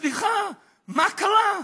סליחה, מה קרה?